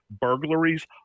burglaries